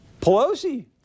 Pelosi